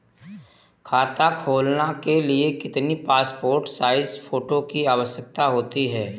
खाता खोलना के लिए कितनी पासपोर्ट साइज फोटो की आवश्यकता होती है?